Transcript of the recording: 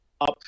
up